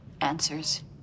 answers